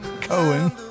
Cohen